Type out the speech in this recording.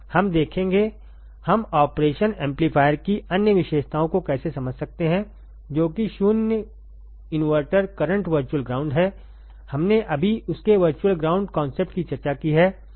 हम देखेंगेहम operation amplifier की अन्य विशेषताओं को कैसे समझ सकते हैं जो कि 0 इनपुट करंट वर्चुअल ग्राउंड हैं हमने अभी उसकेवर्चुअल ग्राउंड कॉन्सेप्ट की चर्चा की है